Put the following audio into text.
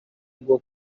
bwo